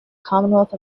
commonwealth